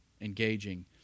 engaging